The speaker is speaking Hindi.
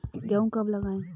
गेहूँ कब लगाएँ?